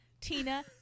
Tina